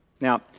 Now